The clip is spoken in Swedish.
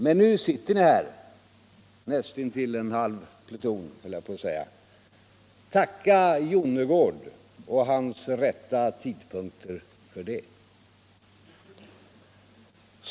Men nu siuter ni här — näst inuill en halv pluton. skulle jag vilja säga. Tacka Jonnergård och hans rätta tidpunkter för det!